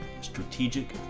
Strategic